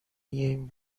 این